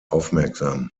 aufmerksam